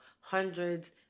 hundreds